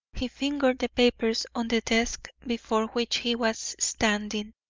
he fingered the papers on the desk before which he was standing.